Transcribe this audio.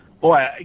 boy